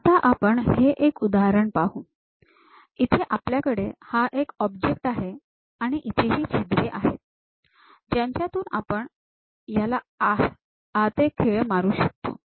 आता आपण हे एक उदाहरण पाहू इथे आपल्याकडे हा एक ऑब्जेक्ट आहे आणि इथे हि छिद्रे आहेत ज्यांच्यातून आपण याला आहते खीळ मारू शकतो